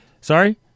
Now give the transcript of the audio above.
Sorry